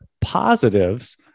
positives